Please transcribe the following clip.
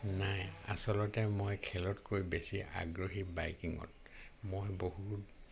নাই আচলতে মই খেলতকৈ বেছি আগ্রহী বাইকিঙত মই বহু